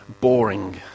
boring